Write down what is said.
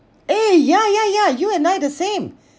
eh ya ya ya you and I the same